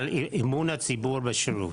ברור לנו.